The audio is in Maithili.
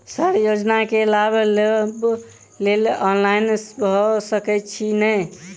सर योजना केँ लाभ लेबऽ लेल ऑनलाइन भऽ सकै छै नै?